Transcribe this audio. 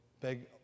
big